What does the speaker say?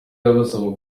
abasaba